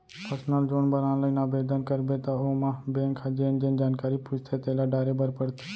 personal loan बर online आबेदन करबे त ओमा बेंक ह जेन जेन जानकारी पूछथे तेला डारे बर परथे